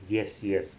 yes yes